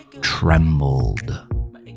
trembled